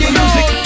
music